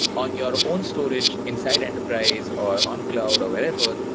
on your own storage inside enterprise or on cloud or wherever,